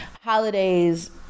Holidays